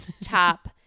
top